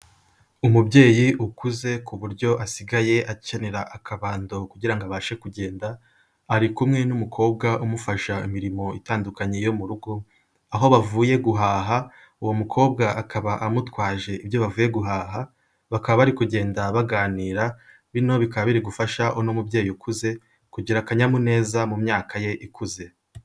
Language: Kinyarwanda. Umubyeyi ukuze ku buryo asigaye akenera akabando kugira ngo abashe kugenda, ari kumwe n'umukobwa umufasha imirimo itandukanye yo mu rugo, aho bavuye guhaha uwo mukobwa akaba amutwaje ibyo bavuye guhaha, bakaba bari kugenda baganira, bino bikaba biri gufasha uno mubyeyi ukuze, kugira akanyamuneza mu myaka ye ikuze.